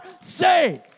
saved